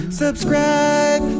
subscribe